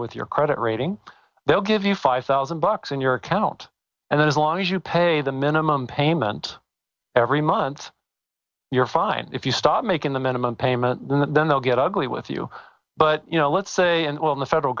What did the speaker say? with your credit rating they'll give you five thousand bucks in your account and then as long as you pay the minimum payment every month you're fine if you stop making the minimum payment then they'll get ugly with you but you know let's say and on the federal